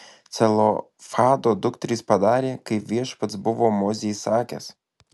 celofhado dukterys padarė kaip viešpats buvo mozei įsakęs